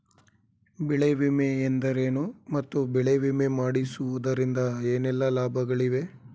ಬೆಳೆ ವಿಮೆ ಎಂದರೇನು ಮತ್ತು ಬೆಳೆ ವಿಮೆ ಮಾಡಿಸುವುದರಿಂದ ಏನೆಲ್ಲಾ ಲಾಭಗಳಿವೆ?